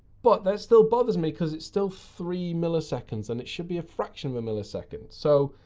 but, that still bothers me because it's still three milliseconds and it should be a fraction of a millisecond. so,